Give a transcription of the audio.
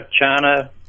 China